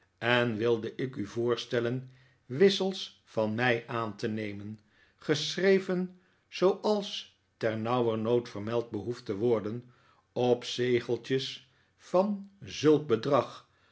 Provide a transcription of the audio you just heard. en wilde ik u voorstellen wissels van mij aan te nemen geschreven zooals ternauwernood vermeld behoeft te worden op zegeltjes van zulk bedrag